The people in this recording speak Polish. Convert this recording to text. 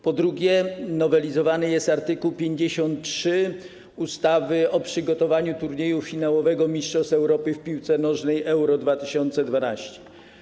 Po drugie, nowelizowany jest art. 53 ustawy o przygotowaniu turnieju finałowego Mistrzostw Europy w Piłce Nożnej Euro 2012.